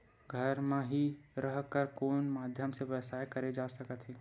घर म हि रह कर कोन माध्यम से व्यवसाय करे जा सकत हे?